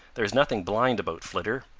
there is nothing blind about flitter.